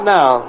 now